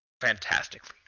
fantastically